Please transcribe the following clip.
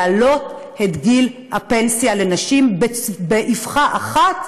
להעלות את גיל הפנסיה לנשים באבחה אחת,